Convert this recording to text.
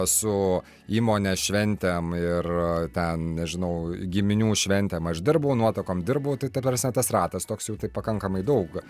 su įmonės šventėm ir ten nežinau giminių šventėm aš dirbau nuotakom dirbau tai ta prasme tas ratas toks jau taip pakankamai daug